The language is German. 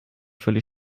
völlig